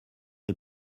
est